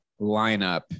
lineup